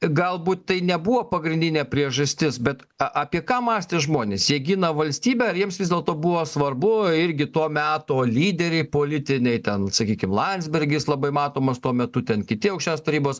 galbūt tai nebuvo pagrindinė priežastis bet a apie ką mąstė žmonės jie gina valstybę ar jiems vis dėlto buvo svarbu irgi to meto lyderiai politiniai ten sakykim landsbergis labai matomas tuo metu ten kiti aukščiausios tarybos